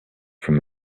from